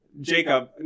jacob